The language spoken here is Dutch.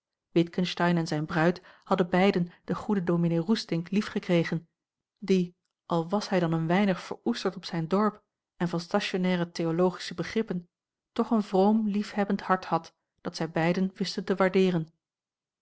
witgensteyn en zijne bruid hadden beiden den goeden dominee roestink liefgekregen die al was hij dan een weinig veroesterd op zijn dorp en van stationaire a l g bosboom-toussaint langs een omweg theologische begrippen toch een vroom liefhebbend hart had dat zij beiden wisten te waardeeren